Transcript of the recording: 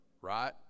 right